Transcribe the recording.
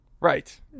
Right